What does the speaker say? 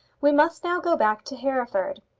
we must now go back to hereford.